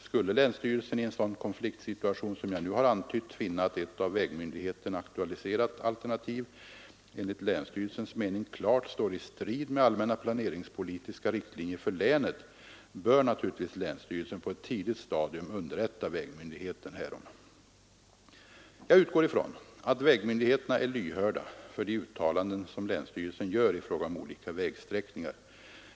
Skulle länsstyrelsen i en sådan konfliktsituation som jag nu har antytt finna att ett av vägmyndigheten aktualiserat alternativ enligt länsstyrelsens mening klart står i strid med allmänna planeringspolitiska riktlinjer för länet bör naturligtvis länsstyrelsen på ett tidigt stadium underrätta vägmyndigheten härom. Jag utgår ifrån att vägmyndigheterna är lyhörda för de uttalanden som länsstyrelsen gör i fråga om olika vägsträckningar.